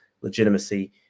legitimacy